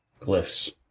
glyphs